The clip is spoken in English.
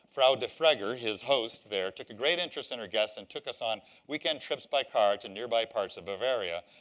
frau defregger, his host there, took a great interest in her guests and took us on weekend trips by car to nearby parts of bavaria.